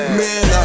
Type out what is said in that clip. man